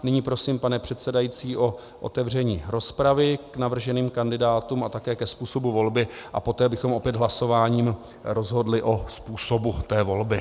Nyní prosím, pane předsedající, o otevření rozpravy k navrženým kandidátům a také ke způsobu volby a poté bychom opět hlasováním rozhodli o způsobu volby.